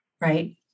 Right